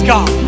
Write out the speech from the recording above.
God